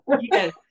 Yes